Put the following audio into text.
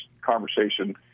conversation